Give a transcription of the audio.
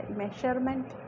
measurement